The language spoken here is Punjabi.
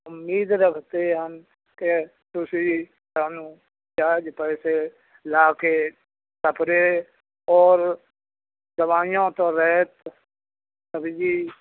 ਉਮੀਦ ਰੱਖਦੇ ਹਨ ਕਿ ਤੁਸੀਂ ਸਾਨੂੰ ਜਾਇਜ ਪੈਸੇ ਲਾ ਕੇ ਸਪਰੇ ਔਰ ਦਵਾਈਆਂ ਤੋਂ ਰਹਿਤ ਸਬਜ਼ੀ